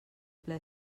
ple